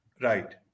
Right